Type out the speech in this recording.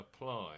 apply